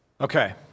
Okay